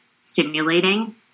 stimulating